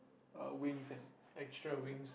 uh wings and extra wings